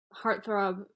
heartthrob